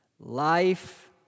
Life